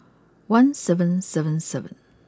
one seven seven seven